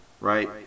right